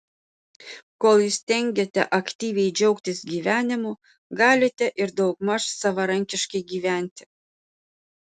kol įstengiate aktyviai džiaugtis gyvenimu galite ir daugmaž savarankiškai gyventi